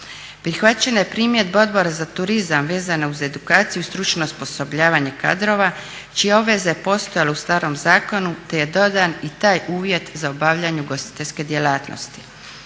Prihvaćana je primjedba Odbora za turizam vezana uz edukaciju i stručno osposobljavanje kadrova čija je obveza postojala u starom zakonu, te je dodan i taj uvjet za obavljanje ugostiteljske djelatnosti.